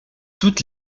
toutes